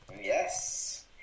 Yes